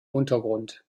untergrund